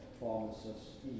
pharmacist